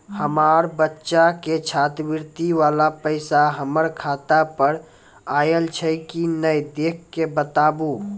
हमार बच्चा के छात्रवृत्ति वाला पैसा हमर खाता पर आयल छै कि नैय देख के बताबू?